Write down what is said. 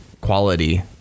quality